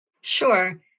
Sure